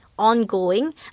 Ongoing